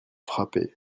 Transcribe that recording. frappé